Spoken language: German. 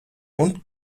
und